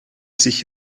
sich